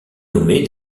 nommée